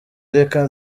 reka